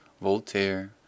Voltaire